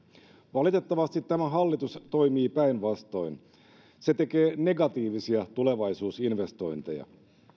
valitettavasti tämä hallitus toimii päinvastoin se tekee negatiivisia tulevaisuusinvestointeja